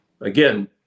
Again